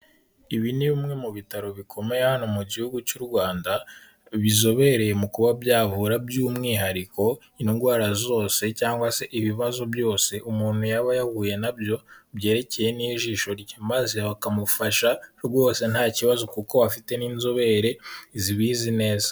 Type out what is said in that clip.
Ibi ni bimwe mu bitaro bikomeye hano mu gihugu cy'u Rwanda, bizobereye mu kuba byavura by'umwihariko indwara zose cyangwa se ibibazo byose umuntu yaba yahuye nabyo, byerekeye n'ijisho rye, maze bakamufasha rwose nta kibazo kuko afite n'inzobere zibizi neza.